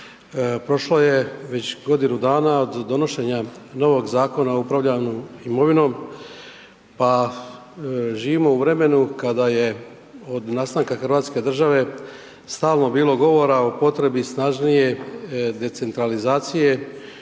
prošlo je već godinu dana od donošenja novog Zakona o upravljanju imovinom, pa živimo u vremenu kada je od nastanka Hrvatske države stalno bilo govora o potrebi snažnije decentralizacije